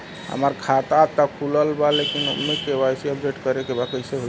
हमार खाता ता खुलल बा लेकिन ओमे के.वाइ.सी अपडेट करे के बा कइसे होई?